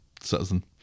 citizen